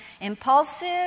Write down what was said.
impulsive